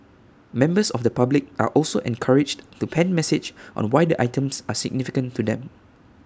members of the public are also encouraged to pen messages on why the items are significant to them